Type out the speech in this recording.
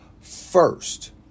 first